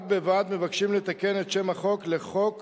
בד בבד, מבקשים לתקן את שם החוק ל"חוק